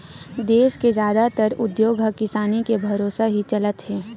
देस के जादातर उद्योग ह किसानी के भरोसा ही चलत हे